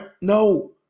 No